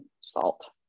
salt